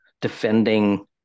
defending